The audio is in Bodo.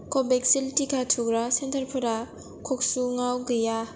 कभिसिल्द टिका थुग्रा सेन्टारफोरा मक'कचुंआव गैया